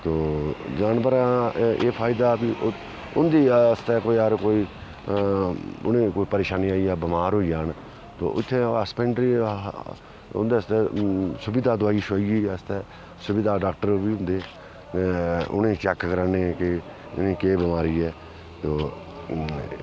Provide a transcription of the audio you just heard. तो जानवरें दा एह् एह् फायदा कि उंदी आस्तै कोई हर कोई उनेंगी कोई परेशानी आई जा बमार होई जान ते उत्थें अ'ऊं हस्वैंडरी उंदे आस्तै सुविधा दुआई शुआई आस्तै सुविधा डाक्टर बी होंदे उनेंगी चैक कराने कि इनेंगी केह् बमारी ऐ ते